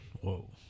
Whoa